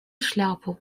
шляпу